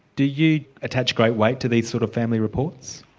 do you attach great weight to these sort of family reports?